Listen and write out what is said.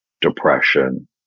depression